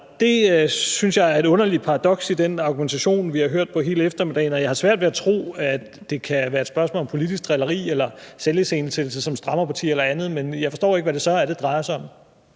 Det synes jeg er et underligt paradoks i den argumentation, vi har hørt på hele eftermiddagen, og jeg har svært ved at tro, at det kan være et spørgsmål om politisk drilleri eller selviscenesættelse som strammerparti eller andet, men jeg forstår ikke, hvad det så er, det drejer sig om.